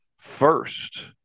first